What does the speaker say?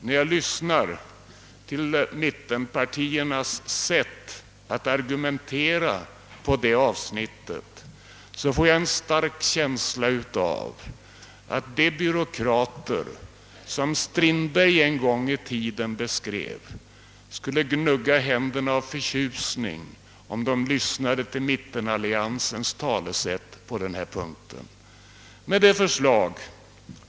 När jag lyssnat till mittenpartiernas argumentering i det avsnittet har jag fått en stark känsla av att de byråkrater som Strindberg en gång i tiden beskrev skulle gnugga händerna av förtjusning om de hade lyssnat till mittenalliansens talesmän i denna fråga.